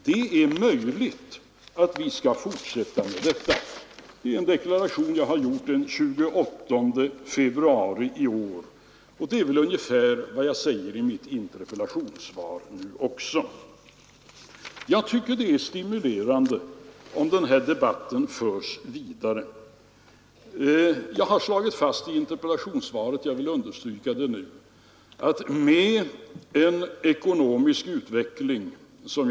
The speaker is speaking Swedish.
Det är möjligt att vi skall fortsätta därmed.” Den deklarationen har jag gjort den 28 februari i år. Det är ungefär vad jag säger i mitt interpellationssvar i dag också. Jag tycker det är stimulerande om den här debatten förs vidare. Jag har alltså i interpellationssvaret slagit fast hur jag ser på saken med den ekonomiska utveckling vi har här i landet.